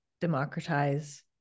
democratize